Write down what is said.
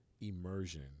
immersion